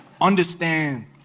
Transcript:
Understand